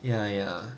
ya ya